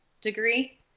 degree